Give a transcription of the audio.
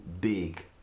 big